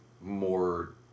more